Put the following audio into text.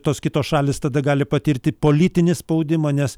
tos kitos šalys tada gali patirti politinį spaudimą nes